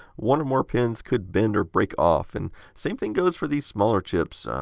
one or more pins could bend or break off. and same thing goes for these smaller chips,